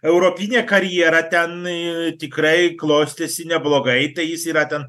europinė karjera ten į tikrai klostėsi neblogai tai jis yra ten